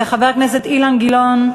חבר הכנסת אילן גילאון,